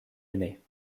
aînée